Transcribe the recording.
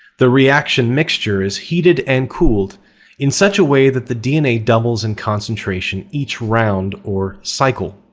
the reaction mixture is heated and cooled in such a way that the dna doubles in concentration each round or cycle.